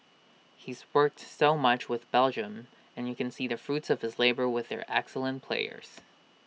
he's worked so much with Belgium and you can see the fruits of his labour with their excellent players